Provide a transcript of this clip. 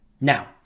Now